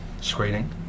screening